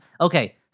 Okay